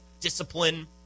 discipline